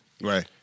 Right